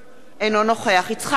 אינו נוכח יצחק כהן,